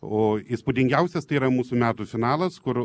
o įspūdingiausias tai yra mūsų metų finalas kur